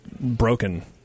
broken